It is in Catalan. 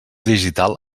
digital